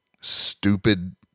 stupid